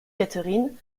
catherine